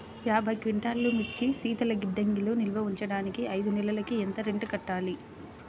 యాభై క్వింటాల్లు మిర్చి శీతల గిడ్డంగిలో నిల్వ ఉంచటానికి ఐదు నెలలకి ఎంత రెంట్ కట్టాలి?